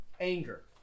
anger